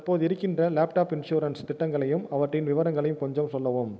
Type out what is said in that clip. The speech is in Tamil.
தற்போது இருக்கின்ற லேப்டாப் இன்ஷுரன்ஸ் திட்டங்களையும் அவற்றின் விவரங்களையும் கொஞ்சம் சொல்லவும்